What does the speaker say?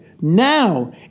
Now